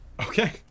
Okay